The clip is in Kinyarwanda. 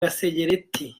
gasegereti